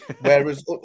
Whereas